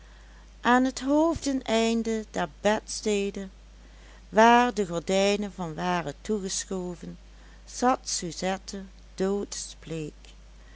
aan het hoofdeneinde der bedstede waar de gordijnen van waren toegeschoven zat suzette